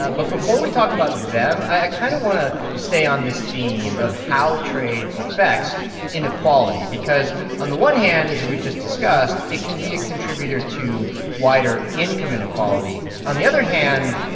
ah but before we talk about them, i kind of want to stay on this theme of how trade affects inequality because on the one hand, as we've just discussed, it can be a contributor to wider income inequality. on the other hand,